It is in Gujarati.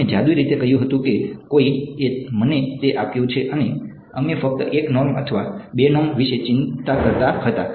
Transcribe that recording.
અમે જાદુઈ રીતે કહ્યું હતું કે કોઈએ મને તે આપ્યું છે અને અમે ફક્ત 1 નોર્મ અથવા 2 નોર્મ વિશે ચિંતા કરતા હતા